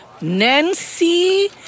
Nancy